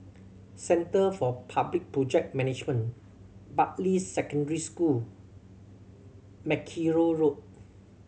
Centre for Public Project Management Bartley Secondary School Mackerrow Road